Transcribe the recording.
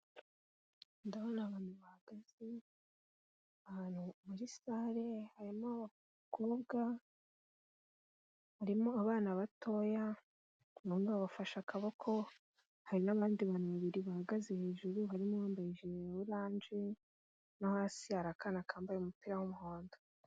Nndabona abantu bahagaze ahantu muri salle harimo abakobwa, harimo abana batoya, bamwe bafashe akaboko, hari nabandi bantu babiri bahagaze hejuru harimo abambaye ijiri ya orange no hasi hari akana kambaye umupira w'umuhondo.